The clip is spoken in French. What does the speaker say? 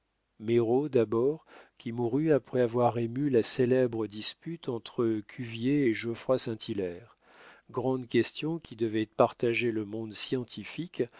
d'abord qui mourut après avoir ému la célèbre dispute entre cuvier et geoffroy saint hilaire grande question qui devait partager le monde scientifique